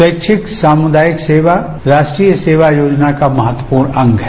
स्वैच्छिक सामुदायिक सेवा राष्ट्रीय सेवायोजना का महत्वपूर्ण अंग है